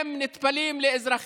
הם נטפלים לאזרחים,